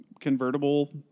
convertible